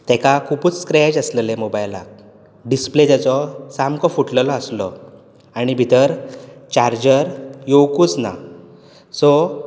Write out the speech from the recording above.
तेका खुबूच स्क्रॅच आसलेले मोबायलाक डिस्प्ले तेचो सामको फुटलेलो आसलो आनी भितर चार्जर येवंकूच ना सो